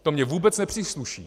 To mi vůbec nepřísluší.